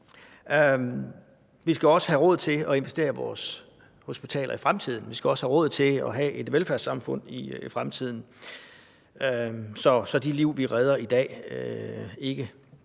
Vi skal også have råd til at investere i vores hospitaler i fremtiden, vi skal også have råd til at have et velfærdssamfund i fremtiden, så de liv, vi redder i dag, ikke